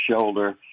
shoulder